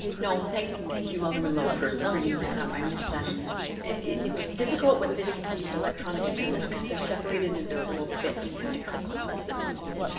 no. thank thank you, alderman lowe, for bringing that up. i missed that in the it's difficult with this these electnic agenda, because they're separated into little bits and you have to click object all of the different ones.